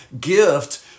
gift